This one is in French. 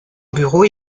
bureaux